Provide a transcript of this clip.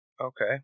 Okay